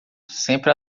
sempre